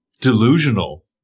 Delusional